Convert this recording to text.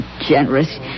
generous